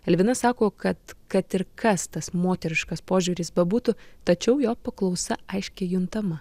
elvina sako kad kad ir kas tas moteriškas požiūris bebūtų tačiau jo paklausa aiškiai juntama